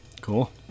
Cool